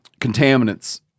contaminants